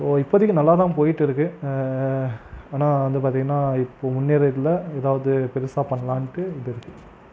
so இப்போதைக்கு நால்லா தான் போயிட்டு இருக்கு ஆனால் வந்து பார்த்தீங்கன்னா இப்போ முன்னேறதுல எதாவது பெருசாக பண்ணலாம்ட்டு இது இருக்கு